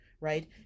right